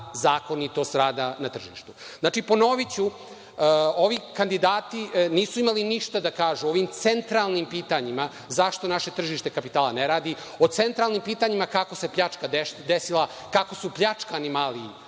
zakonitost rada na tržištu. Znači, ponoviću, ovi kandidati nisu imali ništa da kažu o ovim centralnim pitanjima zašto naše tržište kapitala ne radi, o centralnim pitanjima kako se pljačka desila, kako su pljačkani mali